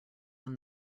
when